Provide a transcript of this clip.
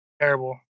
Terrible